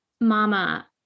mama